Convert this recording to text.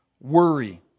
worry